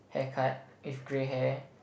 hair cut if grey hair